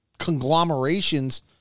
conglomerations